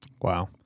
Wow